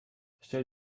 stell